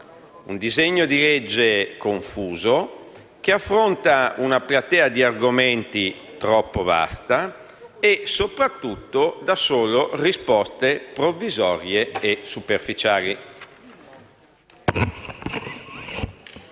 un disegno di legge confuso, che affronta una platea di argomenti troppo vasta e, soprattutto, dà solo risposte provvisorie e superficiali.